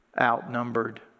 outnumbered